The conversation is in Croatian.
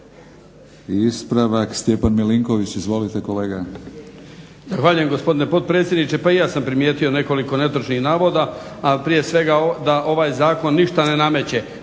ispravak Stjepan Milinković. Izvolite kolega.